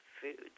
foods